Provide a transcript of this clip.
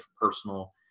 personal